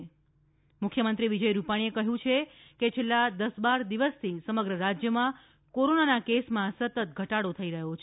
ૈ મુખ્યમંત્રી વિજય રૂપાણીએ કહ્યું છે કે છેલ્લા દસ બાર દિવસથી સમગ્ર રાજ્યમાં કોરોનાના કેસમાં સતત ઘટાડો થઇ રહ્યો છે